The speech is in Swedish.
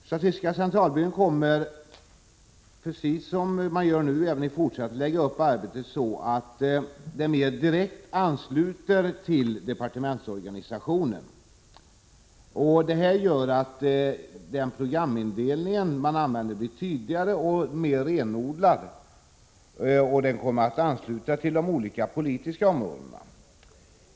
Statistiska centralbyrån kommer i fortsättningen att lägga upp arbetet så, att det mer direkt ansluter till departementsorganisationen. Detta gör att programindelningen blir tydligare, och den kommer att mer renodlat ansluta sig till de olika politiska områdena.